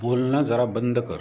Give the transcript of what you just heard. बोलणं जरा बंद कर